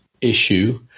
issue